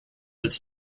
its